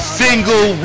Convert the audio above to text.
single